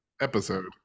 episode